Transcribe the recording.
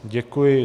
Děkuji.